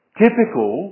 typical